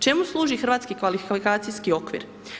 Čemu služi Hrvatski kvalifikacijski okvir?